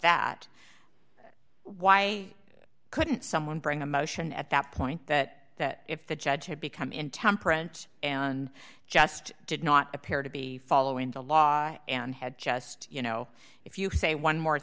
that why couldn't someone bring a motion at that point that that if the judge had become in temperament and just did not appear to be following the law and had just you know if you say one more